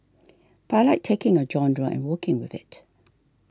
but I like taking a genre and working with it